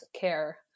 care